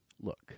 Look